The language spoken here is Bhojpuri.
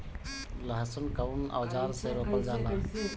लहसुन कउन औजार से रोपल जाला?